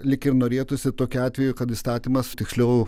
lyg ir norėtųsi tokiu atveju kad įstatymas tiksliau